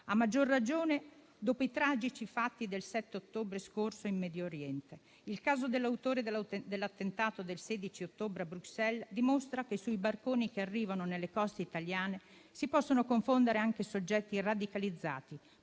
a maggior ragione dopo i tragici fatti del 7 ottobre scorso in Medio Oriente. Il caso dell'autore dell'attentato del 16 ottobre a Bruxelles dimostra che sui barconi che arrivano sulle coste italiane si possono confondere anche soggetti radicalizzati,